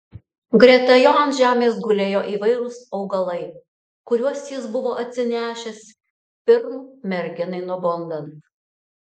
greta jo ant žemės gulėjo įvairūs augalai kuriuos jis buvo atsinešęs pirm merginai nubundant